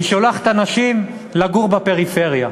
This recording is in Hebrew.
היא שולחת אנשים לגור בפריפריה.